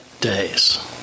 days